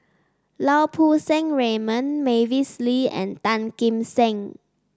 Lau Poo Seng Raymond Mavis Lee and Tan Kim Seng